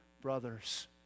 brothers